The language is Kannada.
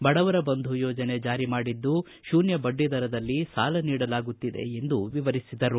ಬಡವರ ಬಂಧು ಯೋಜನೆ ಜಾರಿ ಮಾಡಿದ್ದು ಶೂನ್ಯ ಬಡ್ಡಿ ದರದಲ್ಲಿ ಸಾಲ ನೀಡಲಾಗುತ್ತಿದೆ ಎಂದರು